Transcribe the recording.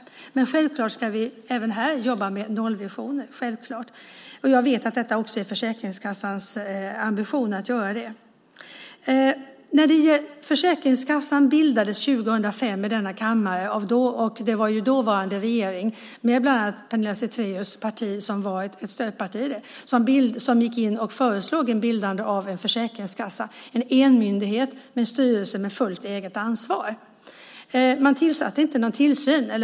Men självklart ska vi även här jobba med nollvisioner. Jag vet att det också är Försäkringskassans ambition. Försäkringskassan bildades 2005 på beslut av denna kammare. Det var den dåvarande regeringen, med bland annat Pernilla Zethraeus parti som stödparti, som föreslog bildandet av en försäkringskassa, en enmyndighet med en styrelse med fullt eget ansvar.